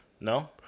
No